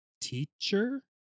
teacher